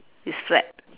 is flat